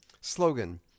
slogan